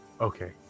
okay